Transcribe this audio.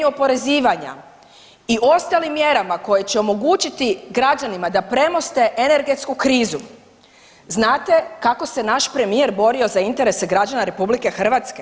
oporezivanja i ostalim mjerama koje će omogućiti građanima da premoste energetsku krizu, znate kako se naš premijer borio za interese građana RH?